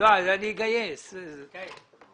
אני מצטרף לבקשה הזאת.